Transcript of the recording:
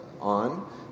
on